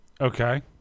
Okay